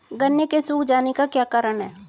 गन्ने के सूख जाने का क्या कारण है?